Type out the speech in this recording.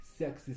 sexist